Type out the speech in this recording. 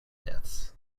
deaths